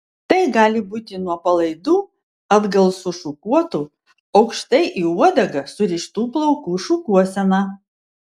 tai gali būti nuo palaidų atgal sušukuotų aukštai į uodegą surištų plaukų šukuosena